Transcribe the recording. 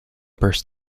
burst